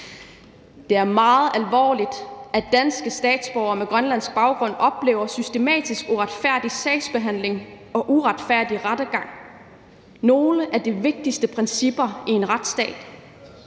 Det er meget alvorligt, at danske statsborgere med grønlandsk baggrund oplever systematisk uretfærdig sagsbehandling og uretfærdig rettergang – i modstrid med nogle af de vigtigste principper i en retsstat.